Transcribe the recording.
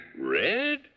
Red